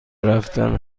رفتن